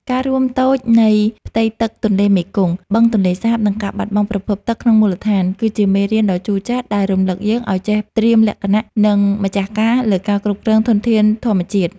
ការរួមតូចនៃផ្ទៃទឹកទន្លេមេគង្គ បឹងទន្លេសាប និងការបាត់បង់ប្រភពទឹកក្នុងមូលដ្ឋាន គឺជាមេរៀនដ៏ជូរចត់ដែលរំលឹកយើងឱ្យចេះត្រៀមលក្ខណៈ និងម្ចាស់ការលើការគ្រប់គ្រងធនធានធម្មជាតិ។